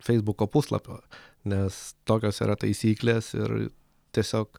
feisbuko puslapio nes tokios yra taisyklės ir tiesiog